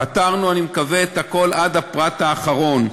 פתרנו, אני מקווה, את הכול עד הפרט האחרון.